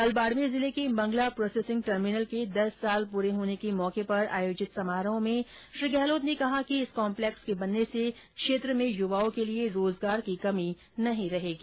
कल बाड़मेर जिले के मंगला प्रोसेसिंग टर्भिनल के दस साल पूरे होने के मौके पर आयोजित समारोह में श्री गहलोत ने कहा कि इस कॉम्पलेक्स के बनने से क्षेत्र में युवाओं के लिए रोजगार की कमी नहीं रहेगी